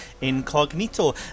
Incognito